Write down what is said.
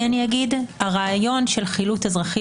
יכול להיות שבעולם המשפטי יש הבדלים ואני מבין ומוקיר אותם.